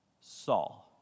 Saul